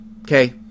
Okay